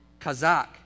Kazakh